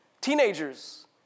Teenagers